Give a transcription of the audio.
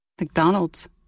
McDonald's